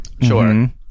Sure